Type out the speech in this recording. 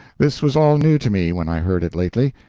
this was all new to me when i heard it lately,